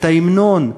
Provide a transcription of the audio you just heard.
את ההמנון,